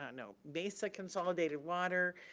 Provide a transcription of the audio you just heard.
ah no, mesa consolidated water